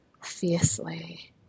fiercely